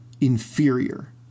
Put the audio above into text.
inferior